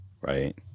right